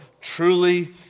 truly